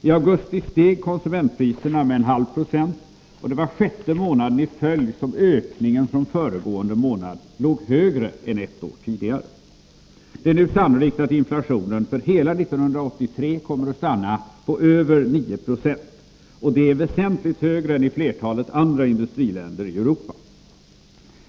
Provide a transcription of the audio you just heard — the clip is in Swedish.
I augusti steg konsumentpriserna med en halv procent, och det var sjätte månaden i följd som ökningen från föregående månad låg högre än ett år tidigare. Det är nu sannolikt att inflationen för hela 1983 kommer att stanna på över 9 26, vilket är väsentligt högre än i flertalet andra industriländer i Europa.